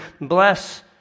bless